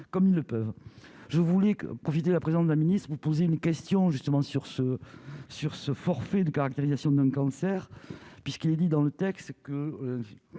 comme ils le peuvent, je voulais que profiter de la présence de la ministre, vous poser une question justement sur ce sur ce forfait de caractérisation d'un cancer, puisqu'il est dit dans le texte que